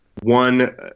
one